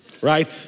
Right